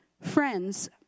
friends